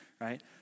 right